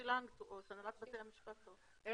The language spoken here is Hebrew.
אני